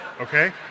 okay